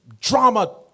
drama